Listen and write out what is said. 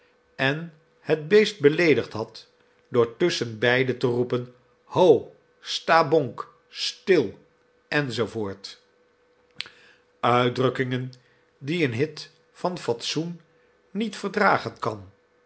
en het beest beleedigd had door tusschenbeide te roepen ho sta bonk stil enz uitdrukkingen die een hit van fatsoen niet verdragen kan